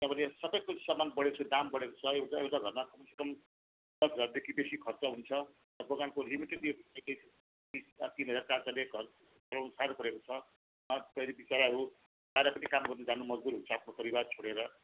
त्याँबाट सबैकुछ समान बढेको छ दाम बढेको छ एउटा एउटा घरमा कमसे कम दस हजारदेखि बेसी खर्च हुन्छ बगानको लिमिटेड यो प्याकेज अब तिन हजार चार हजारले घर चलाउनु साह्रो परेको छ बिचाराहरू आएर पनि काम गर्नु जानु मजबुर हुन्छ आफ्नो परिवार छोडेर